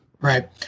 right